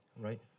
Right